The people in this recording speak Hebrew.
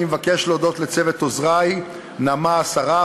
אני מבקש להודות לצוות עוזרי: נעמה אסרף,